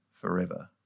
forever